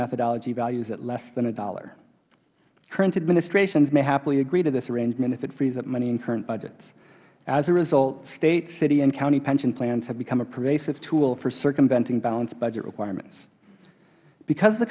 methodology values it less than a dollar current administrations may happily agree to this arrangement if it frees up money in current budgets as a result state city and county pension plans have become a pervasive tool for circumventing balanced budget requirements because